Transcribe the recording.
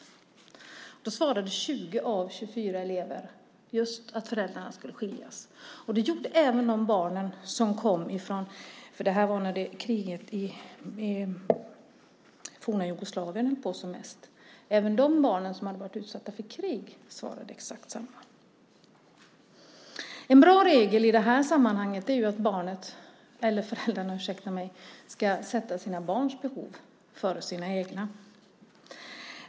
20 av 24 elever svarade att de var allra mest rädda just för att föräldrarna skulle skiljas. Exakt samma svarade de barn - det här var när kriget i det forna Jugoslavien pågick som mest - som hade varit utsatta för krig. En bra regel i det här sammanhanget är att föräldrarna ska sätta sina barns behov före sina egna.